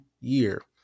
year